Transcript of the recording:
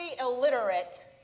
illiterate